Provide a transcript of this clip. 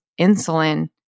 insulin